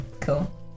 Cool